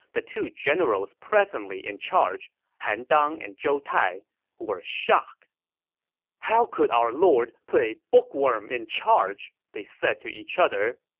the two generals presently in charge han dang and zhou tai were shocked how could our lord put a bookworm in charge? they said to each other.